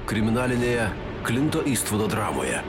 kriminalinėje klinto ystvudo dramoje